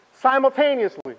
simultaneously